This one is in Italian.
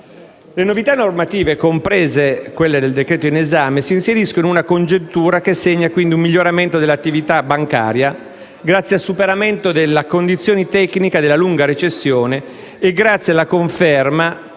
Le novità normative del decreto in esame si inseriscono in una congiuntura che segna quindi un miglioramento dell'attività bancaria grazie al superamento della condizione tecnica della lunga recessione e grazie alla conferma,